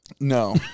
No